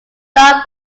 not